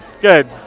good